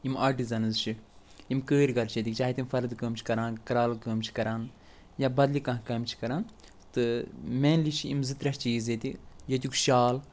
یِم آٹِزنٕز چھِ یِم کٲرۍ گر چھِ ییٚتِکۍ چاہے تِم فردٕ کٲم چھِ کَران کرٛالہٕ کٲم چھِ کَران یا بدلی کانٛہہ کامہِ چھِ کَران تہٕ مینلی چھِ یِم زٕ ترٛےٚ چیٖز ییٚتہِ ییٚتیُک شال